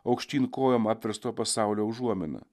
aukštyn kojom apversto pasaulio užuominą